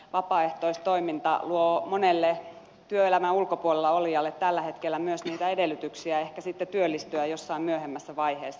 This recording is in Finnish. vapaaehtoistoiminta luo monelle työelämän ulkopuolella olijalle tällä hetkellä myös edellytyksiä ehkä sitten työllistyä jossain myöhemmässä vaiheessa